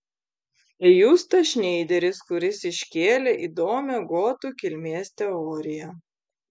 tai jūs tas šneideris kuris iškėlė įdomią gotų kilmės teoriją